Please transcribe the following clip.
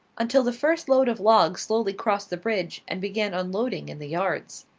until the first load of logs slowly crossed the bridge and began unloading in the yards.